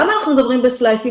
למה אנחנו מדברים בסלייסים?